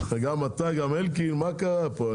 גם אתה וגם אלקין, מה קרה פה?